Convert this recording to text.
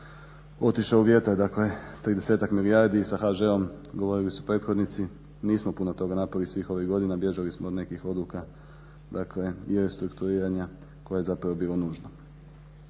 otišao u vjetar. Dakle, 30-ak milijardi sa HŽ-om govorili su prethodnici nismo puno toga napravili svih ovih godina, bježali smo od nekih odluka i restrukturiranja koje je zapravo bilo nužno.